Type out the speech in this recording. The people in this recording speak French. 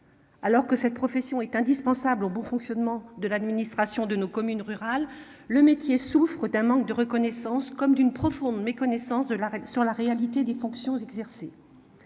Alors que cette profession est indispensable au bon fonctionnement de l'administration de nos communes rurales, le métier souffre d'un manque de reconnaissance comme d'une profonde méconnaissance de la règle sur la réalité des fonctions exercées.